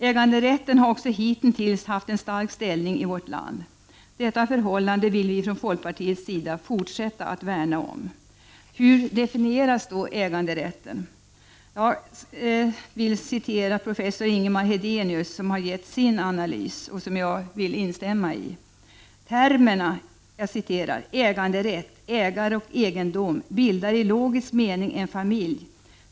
Äganderätten har också hitintills haft en stark ställning i vårt land. Detta förhållande vill vi i folkpartiet fortsätta att värna om. Hur definieras då äganderätten? Jag vill citera professor Ingemar Hedenius, som har gett sin analys som jag vill instämma i: ”Termerna äganderätt, ägare och egendom bildar i logisk mening en familj.